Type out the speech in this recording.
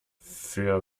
für